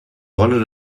rolle